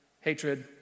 hatred